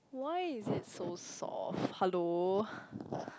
why is it so soft hello